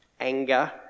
anger